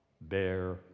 Bear